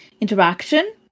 interaction